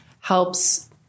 helps